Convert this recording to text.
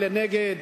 אלה נגד,